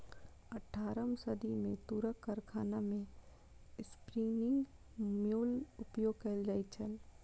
अट्ठारम सदी मे तूरक कारखाना मे स्पिन्निंग म्यूल उपयोग कयल जाइत छल